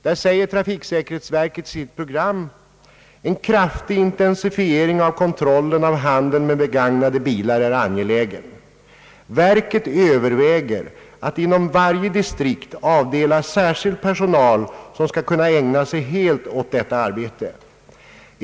Trafiksäkerhetsverket säger på den punkten i sitt program följande: »En kraftig intensifiering av kontrollen av handeln med begagnade bilar är angelägen. Verket överväger att inom varje distrikt avdela särskild personal som skall kunna ägna sig helt åt detta arbete.